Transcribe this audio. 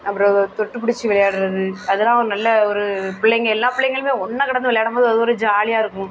அப்புறம் தொட்டு பிடிச்சி விளையாட்றது அதெலாம் நல்ல ஒரு பிள்ளைங்கள் எல்லா பிள்ளைங்களுமே ஒன்றா கிடந்து விளையாடும் போது அது ஒரு ஜாலியாக இருக்கும்